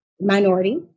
minority